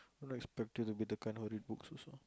don't expect you to be the kind who read books also